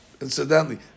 Incidentally